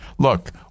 Look